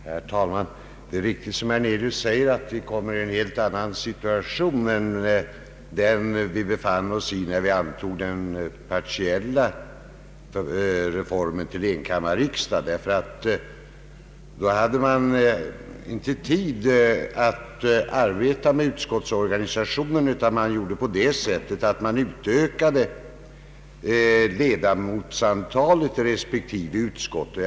Herr talman! Det är riktigt, som herr Hernelius säger, att vi kommit i en helt annan situation än den vi befann oss i när vi antog den partiella reformen. Då hade man inte tid att arbeta med utskottsorganisationen, utan man gjorde på det sättet att man utökade ledamotsantalet i de nuvarande utskotten.